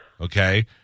Okay